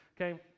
okay